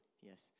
Yes